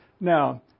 Now